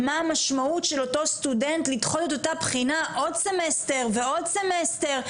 מה המשמעות לאותו סטודנט לדחות את אותה בחינה עוד סמסטר ועוד סמסטר?